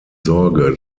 sorge